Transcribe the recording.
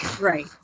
right